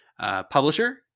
Publisher